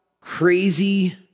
crazy